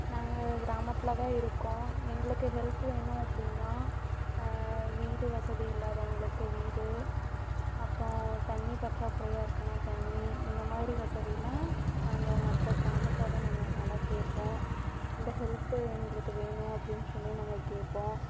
நாங்கள் கிராமத்தில் தான் இருக்கோம் எங்களுக்கு ஹெல்ப் வேணும் அப்படின்னா வீடு வசதி இல்லாதவங்களுக்கு வீடு அப்புறம் தண்ணி பற்றாக்குறையாக இருக்குன்னா தண்ணி இந்த மாதிரி வசதியலாம் நாங்கள் மற்ற கிராமத்தோட நாங்கள் நல்லா கேட்போம் இந்த ஹெல்ப்பு எங்களுக்கு வேணும் அப்படின்னு சொல்லி நாங்கள் கேட்போம்